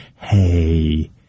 hey